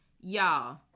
Y'all